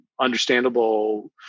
understandable